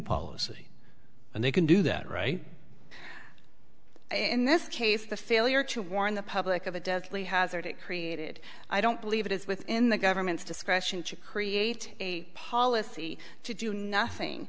policy and they can do that right in this case the failure to warn the public of a deadly hazard it created i don't believe it is within the government's discretion to create a policy to do nothing